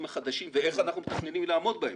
החדשים ואיך אנחנו מתכננים לעמוד בהם.